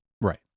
Right